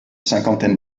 cinquantaine